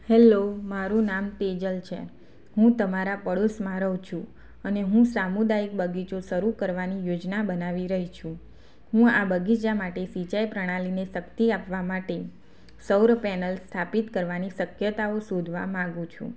hello મારું નામ તેજલ છે હું તમારા પાડોશમાં રહું છું અને હું સામુદાયીક બગીચો શરૂ કરવાની યોજના બનાવી રહી છું હું આ બગીચા માટે સિંચાઈ પ્રણાલીને શક્તિ આપવા માટે સૌર પેનલ સ્થાપિત કરવાની શક્યતાઓ શોધવા માંગુ છું